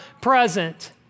present